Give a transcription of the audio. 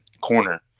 corner